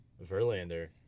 Verlander